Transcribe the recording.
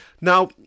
Now